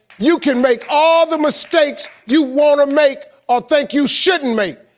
you can make all the mistakes you wanna make, or think you shouldn't make,